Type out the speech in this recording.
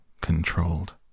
controlled